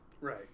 Right